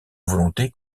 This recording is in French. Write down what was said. volonté